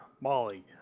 Molly